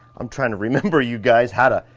i'm trynna remember you guys, how to,